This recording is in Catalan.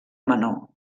menor